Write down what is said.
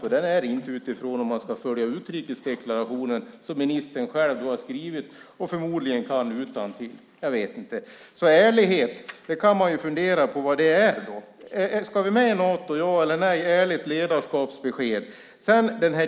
Det gäller inte om man ska följa utrikesdeklarationen som ministern själv har skrivit och förmodligen kan utantill. Man kan ju fundera på vad ärlighet är. Ska vi gå med i Nato, ja eller nej? Ge ett ärligt ledarskapsbesked!